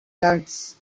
lads